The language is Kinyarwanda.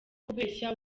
kubeshya